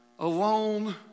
Alone